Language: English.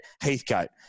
Heathcote